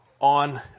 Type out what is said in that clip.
on